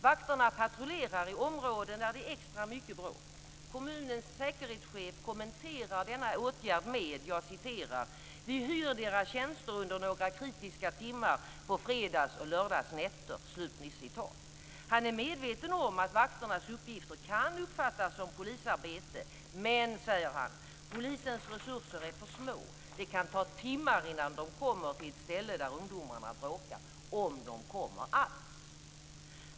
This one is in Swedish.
Vakterna patrullerar i områden där det är extra mycket bråk. Kommunens säkerhetschef kommenterar denna åtgärd med följande: "Vi hyr deras tjänster under några kritiska timmar på fredags och lördagsnätter." Han är medveten om att vakternas uppgifter kan uppfattas som polisarbete. Men, säger han: "polisens resurser är för små. Det kan ta timmar innan de kommer till ett ställe där ungdomarna bråkar. Om de kommer alls."